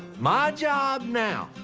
my job now.